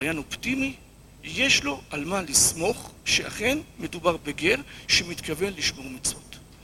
רעיון אופטימי יש לו על מה לסמוך, שאכן מדובר בגר שמתכוון לשמור מצוות.